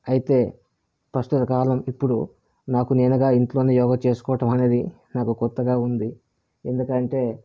అయితే ప్రస్తుత కాలం ఇప్పుడు నాకు నేనుగా ఇంట్లోనే యోగా చేసుకోవటం అనేది నాకు కొత్తగా ఉంది ఎందుకంటే